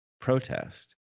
protest